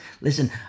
Listen